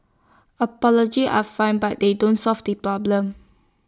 apology are fine but they don't solve the problem